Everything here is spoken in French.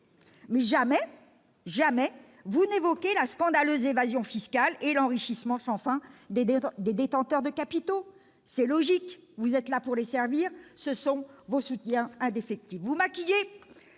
là. Mais jamais vous n'évoquez la scandaleuse évasion fiscale et l'enrichissement sans fin des détenteurs de capitaux. C'est logique : vous êtes là pour les servir ; ce sont vos soutiens indéfectibles. Vous maquillez